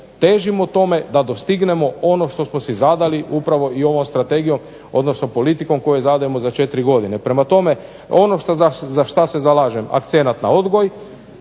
težimo tome da dostignemo ono što smo si zadali upravo i ovom strategijom odnosno politikom koju zadajemo za 4 godine. Prema tome, ono za što se zalažem akcenat na odgoj